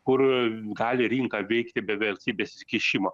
kur gali rinka veikti be velstybės įsikišimo